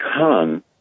come